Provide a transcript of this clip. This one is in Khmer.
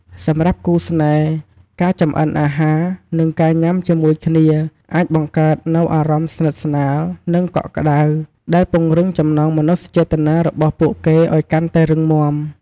សម្រាប់គូស្នេហ៍ ការចម្អិនអាហារ និងការញ៉ាំជាមួយគ្នា អាចបង្កើតនូវអារម្មណ៍ស្និទ្ធស្នាល និងកក់ក្តៅ ដែលពង្រឹងចំណងមនោសញ្ចេតនារបស់ពួកគេឱ្យកាន់តែរឹងមាំ។